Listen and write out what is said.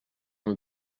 nous